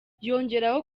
yongeraho